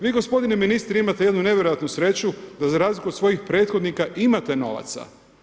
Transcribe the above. Vi gospodine ministre imate jednu nevjerojatnu sreću da razliku od svojih prethodnika, imate novaca.